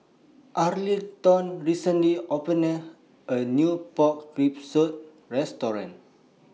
Arlington recently opened A New Pork Rib Soup Restaurant